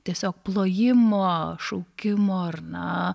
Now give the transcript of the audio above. tiesiog plojimo šaukimo ar na